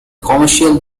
commercial